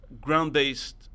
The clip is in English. ground-based